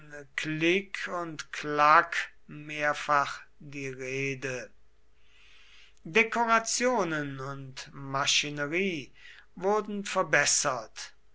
clique und claque mehrfach die rede dekorationen und maschinerie wurden verbessert